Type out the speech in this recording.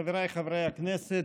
חבריי חברי הכנסת,